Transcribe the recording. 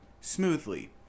smoothly